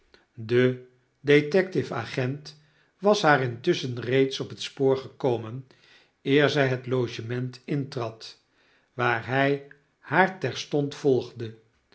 de detectieve agent was haar intusschen reeds op het spoor gekomen eer zy het logement intrad waar hij haar terstond volgde